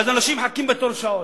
ואז אנשים מחכים בתור שעות.